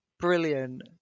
brilliant